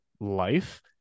life